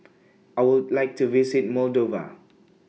I Would like to visit Moldova